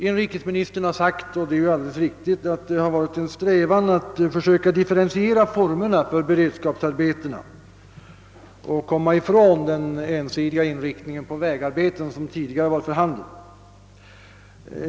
Inrikesministern har sagt att det har funnits en strävan att försöka differentiera formerna för beredskapsarbetena och komma ifrån den ensidiga inriktning på vägarbeten, som tidigare varit för handen.